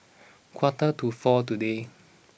quarter to four today